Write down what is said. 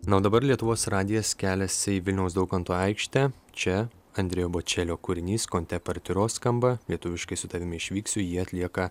na o dabar lietuvos radijas keliasi į vilniaus daukanto aikštę čia andrejo bočelio kūrinys con te partiro skamba lietuviškai su tavimi išvyksiu jį atlieka